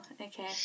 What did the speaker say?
okay